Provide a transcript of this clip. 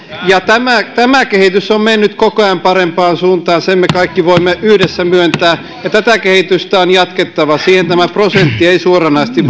tämä tämä kehitys on mennyt koko ajan parempaan suuntaan sen me kaikki voimme yhdessä myöntää ja tätä kehitystä on jatkettava siihen kulttuuriin tämä prosentti ei suoranaisesti